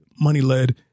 money-led